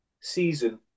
season